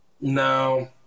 No